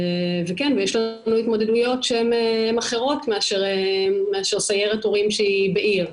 יש לנו התמודדויות שהן אחרות מאשר סיירת הורים שהיא בעיר.